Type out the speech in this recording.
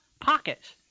pockets